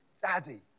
Daddy